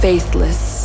Faithless